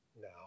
now